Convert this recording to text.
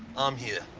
i'm here.